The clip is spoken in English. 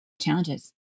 challenges